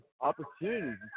opportunities